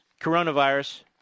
coronavirus